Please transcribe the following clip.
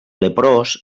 leprós